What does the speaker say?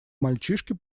мальчишки